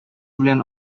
белән